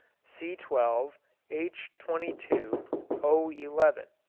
c twelve h twenty two o eleven.